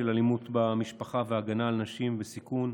של אלימות במשפחה והגנה על נשים בסיכון,